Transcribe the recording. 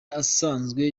asanzwe